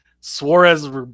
Suarez